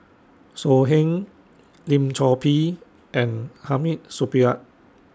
So Heng Lim Chor Pee and Hamid Supaat